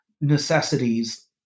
necessities